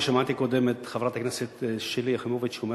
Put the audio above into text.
כי שמעתי קודם את חברת הכנסת שלי יחימוביץ אומרת,